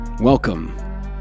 Welcome